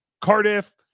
Cardiff